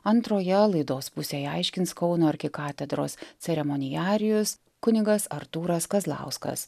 antroje laidos pusėje aiškins kauno arkikatedros ceremonijarijus kunigas artūras kazlauskas